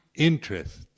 interest